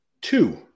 two